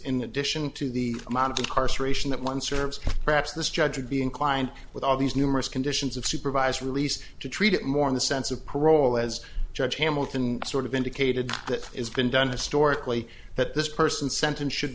in addition to the amount of incarceration that one serves perhaps this judge would be inclined with all these numerous conditions of supervised release to treat it more in the sense of parole as judge hamilton sort of indicated that it's been done historically that this person sentence should